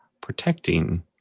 protecting